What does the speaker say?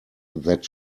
that